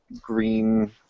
green